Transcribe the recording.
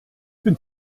bin